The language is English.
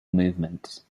movement